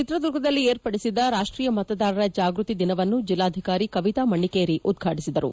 ಚಿತ್ರದುರ್ಗದಲ್ಲಿ ಏರ್ಪಡಿಸಿದ್ದ ರಾಷ್ಟ್ೀಯ ಮತದಾರರ ಜಾಗೃತಿ ದಿನವನ್ನು ಜಿಲ್ಲಾಧಿಕಾರಿ ಕವಿತಾ ಮಣ್ಣೀಕೆರಿ ಉದ್ಘಾಟಿಸಿದರು